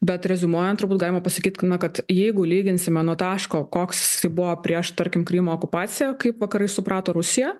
bet reziumuojant turbut galima pasakyt na kad jeigu lyginsime nuo taško koks buvo prieš tarkim krymo okupaciją kaip vakarai suprato rusiją